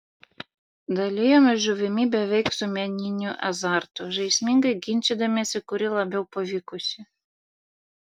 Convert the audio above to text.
dalijomės žuvimi beveik su meniniu azartu žaismingai ginčydamiesi kuri labiau pavykusi